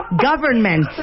Government